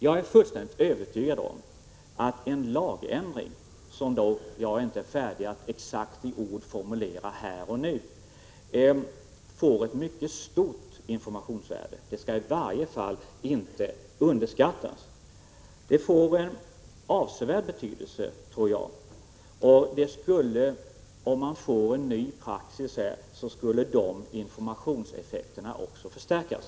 Jag är fullständigt övertygad om att en lagändring, som jag inte är färdig att i ord exakt formulera här och nu, skulle få ett mycket stort informationsvärde. Det skall i varje fall inte underskattas. En lagändring skulle få avsevärd betydelse, och med en ny praxis skulle också informationseffekterna förstärkas.